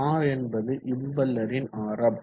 r என்பது இம்பெல்லரின் ஆரம்